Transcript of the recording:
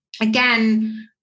again